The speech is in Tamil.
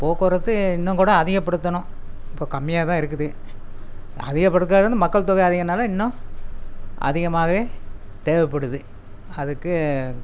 போக்குவரத்து இன்னும் கூட அதிகப்படுத்தணும் இப்போ கம்மியாகதான் இருக்குது அதிகப்படுத்தகிறது வந்து மக்கள்தொகை அதிகனால இன்னும் அதிகமாகவே தேவைப்படுது அதுக்கு